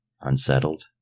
unsettled